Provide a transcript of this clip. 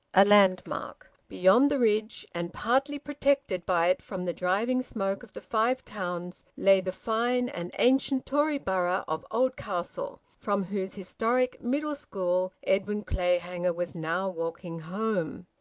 a landmark. beyond the ridge, and partly protected by it from the driving smoke of the five towns, lay the fine and ancient tory borough of oldcastle, from whose historic middle school edwin clayhanger was now walking home.